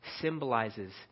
symbolizes